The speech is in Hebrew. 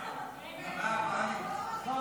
הוא